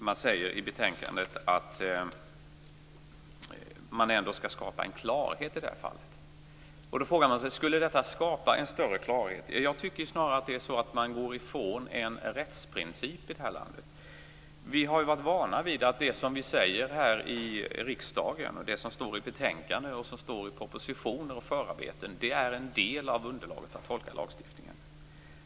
Man säger i betänkandet att man ändå skall skapa en klarhet i det här fallet. Skulle detta skapa en större klarhet? Jag tycker snarare att man går ifrån en rättsprincip i det här landet. Vi har varit vana vid att det som vi säger här i riksdagen och det som står i betänkanden, i propositioner och i förarbeten är en del av underlaget för att tolka lagstiftningen.